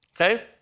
Okay